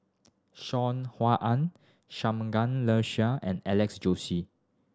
Saw Ean Ang Shangguan and Alex Josey